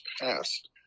passed